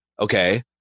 okay